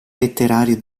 letterario